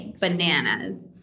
bananas